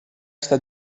està